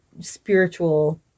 spiritual